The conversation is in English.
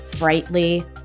brightly